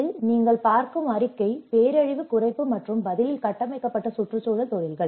இது நீங்கள் பார்க்கும் அறிக்கை பேரழிவு குறைப்பு மற்றும் பதிலில் கட்டமைக்கப்பட்ட சுற்றுச்சூழல் தொழில்கள்